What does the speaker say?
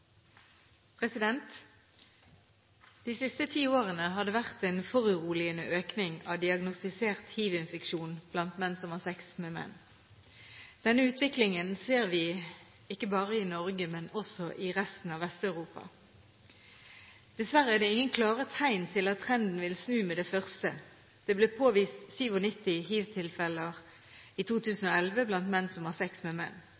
sak. De siste ti årene har det vært en foruroligende økning av diagnostisert hivinfeksjon blant menn som har sex med menn. Denne utviklingen ser vi ikke bare i Norge, men også i resten av Vest-Europa. Dessverre er det ingen klare tegn til at trenden vil snu med det første. Det ble påvist 97 hivtilfeller i 2011 blant menn som har sex med menn.